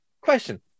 question